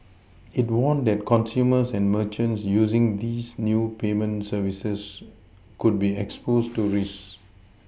it warned that consumers and merchants using these new payment services could be exposed to risks